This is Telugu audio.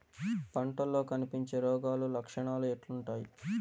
పంటల్లో కనిపించే రోగాలు లక్షణాలు ఎట్లుంటాయి?